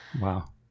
Wow